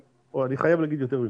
אני חייב להגיד יותר ממשפט,